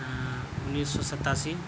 انّیس سو ستاسی